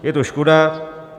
Je to škoda.